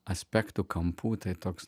aspektų kampų tai toks